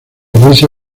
iglesia